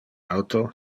auto